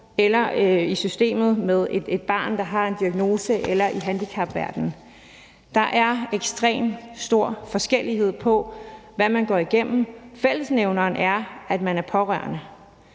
du er i systemet med et barn, der har en diagnose, eller du er det i handicapverdenen. Der er ekstremt stor forskel på, hvad man går igennem. Fællesnævneren er, at man er pårørende.